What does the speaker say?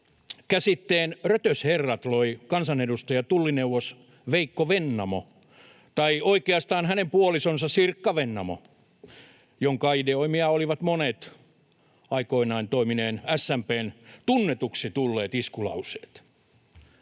käsitteen "rötösherrat" loi kansanedustaja, tullineuvos Veikko Vennamo — tai oikeastaan hänen puolisonsa Sirkka Vennamo, jonka ideoimia olivat monet aikoinaan toimineen SMP:n tunnetuksi tulleet iskulauseet.